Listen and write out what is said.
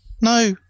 No